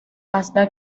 hasta